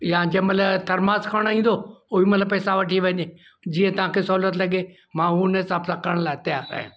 या जंहिंमहिल थरमास खणणु ईंदो ओॾीमहिल पैसा वठी वञे जीअं तव्हांखे सहुलियत लॻे मां उन हिसाब सां करण लाइ तयार आहियां